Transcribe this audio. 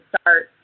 start